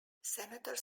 senators